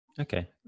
Okay